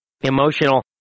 emotional